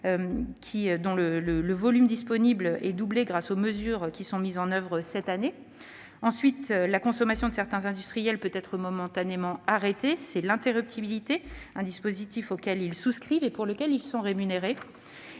le volume disponible est doublé grâce aux mesures mises en oeuvre cette année. Ensuite, la consommation de certains industriels peut être momentanément arrêtée : c'est l'interruptibilité, un dispositif auquel les intéressés souscrivent et pour lequel ils sont rémunérés.